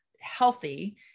healthy